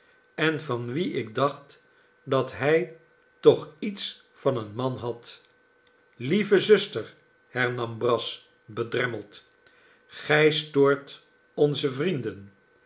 en van wien ik dacht dat hij toch iets van een man had lieve zuster hernam brass bedremmeld gij stoort onze vrienden